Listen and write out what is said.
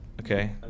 okay